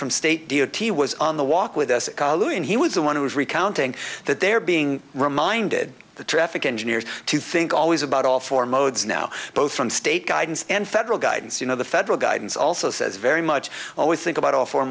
from state d o t was on the walk with us and he was the one who was recounting that they're being reminded the traffic engineers to think always about all four modes now both from state guidance and federal guidance you know the federal guidance also says very much always think about all four